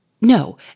No